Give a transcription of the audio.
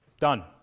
Done